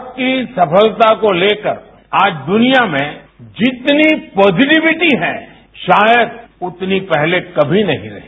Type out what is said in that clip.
भारत की सफलता को लेकर आज दुनिया में जितनी पॉजिटिविटी है शायद उतनी पहले कमी नहीं हुई